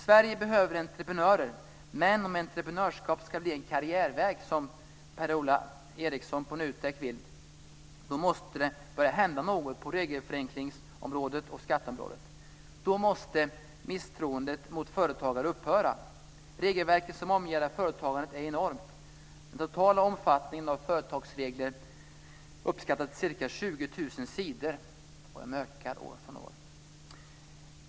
Sverige behöver entreprenörer, men om entreprenörskap ska bli en karriärväg, som Per-Ola Eriksson på NUTEK vill, måste något börja hända på regelförenklingsområdet och skatteområdet. Då måste misstroendet mot företagare upphöra. Regelverket som omgärdar företagandet är enormt. Den totala omfattningen av företagsregler uppskattas till ca 20 000 sidor, och de ökar för varje år.